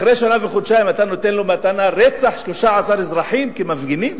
אחרי שנה וחודשיים אתה נותן לו מתנה רצח 13 אזרחים מפגינים?